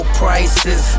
prices